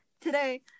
today